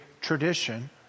tradition